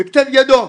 בכתב ידו.